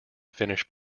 finnish